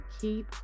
keep